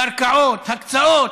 קרקעות, הקצאות,